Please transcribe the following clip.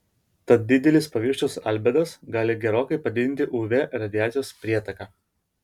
tad didelis paviršiaus albedas gali gerokai padidinti uv radiacijos prietaką